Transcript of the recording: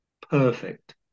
perfect